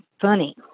funny